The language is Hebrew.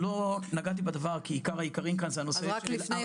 אני לא נגעתי בדבר כי העיקר העיקרי כאן הוא הנושא של הר מנוחות.